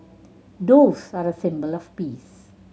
doves are the symbol of peace